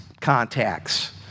contacts